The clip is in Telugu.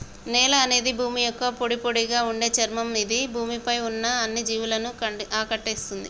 నేల అనేది భూమి యొక్క పొడిపొడిగా ఉండే చర్మం ఇది భూమి పై ఉన్న అన్ని జీవులను ఆకటేస్తుంది